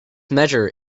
measure